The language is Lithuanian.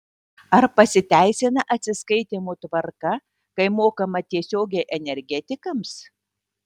ar pasiteisina atsiskaitymo tvarka kai mokama tiesiogiai energetikams